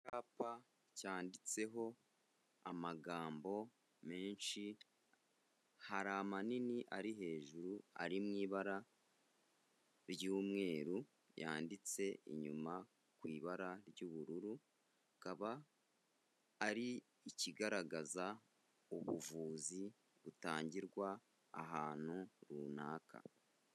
Icyapa cyanditseho amagambo menshi, hari amanini ari hejuru ari mu ibara ry'umweru, yanditse inyuma ku ibara ry'ubururu, akaba ari ikigaragaza ubuvuzi butangirwa ahantu runaka.